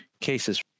cases